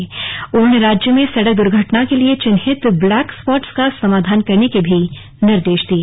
उन्होंने राज्य में सड़क दुर्घटना के लिए चिन्हित ब्लैक स्पॉट्स का समाधान करने के निर्देश भी दिये